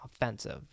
offensive